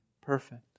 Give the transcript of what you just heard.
perfect